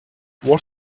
what